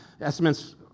estimates